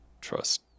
trust